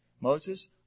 Moses